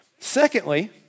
Secondly